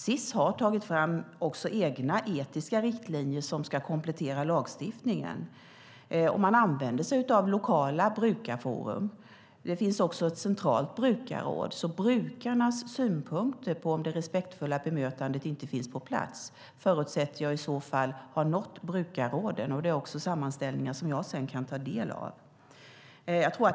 Sis har tagit fram egna etiska riktlinjer som ska komplettera lagstiftningen. Man använder sig av lokala brukarforum, och det finns också ett centralt brukarråd. Brukarnas synpunkter ifall det respektfulla bemötandet inte finns på plats förutsätter jag i så fall har nått brukarråden. Sådana sammanställningar kan jag sedan ta del av.